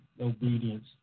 obedience